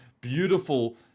beautiful